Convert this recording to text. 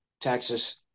Texas